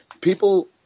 people